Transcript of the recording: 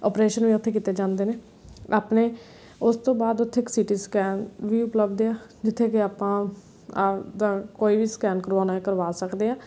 operation ਵੀ ਉੱਥੇ ਕੀਤੇ ਜਾਂਦੇ ਨੇ ਆਪਣੇ ਉਸ ਤੋਂ ਬਾਅਦ ਉੱਥੇ ਇੱਕ ਸੀ ਟੀ ਸਕੈਨ ਵੀ ਉਪਲਬਧ ਆ ਜਿੱਥੇ ਕਿ ਆਪਾਂ ਆਪਣਾ ਕੋਈ ਵੀ ਸਕੈਨ ਕਰਵਾਉਣਾ ਹੋਵੇ ਕਰਵਾ ਸਕਦੇ ਹਾਂ